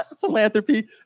philanthropy